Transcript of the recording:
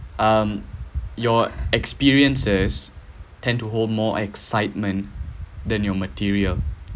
um your experiences tend to hold more excitement than your material